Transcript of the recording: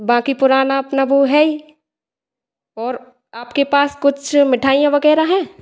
बाक़ी पुराना अपना वो है ही और आपके पास कुछ मिठाईयाँ वगैरह हैं